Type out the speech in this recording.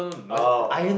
oh